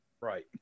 Right